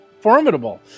formidable